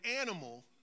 animal